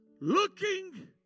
looking